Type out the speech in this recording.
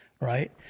right